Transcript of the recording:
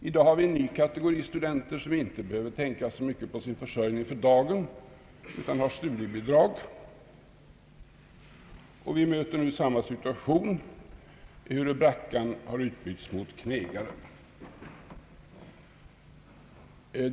I dag har vi en ny kategori studenter som inte behöver tänka så mycket på sin försörjning för dagen utan har studiebidrag. Vi möter nu samma situation, ehuru brackan har utbytts mot knegaren.